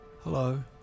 Hello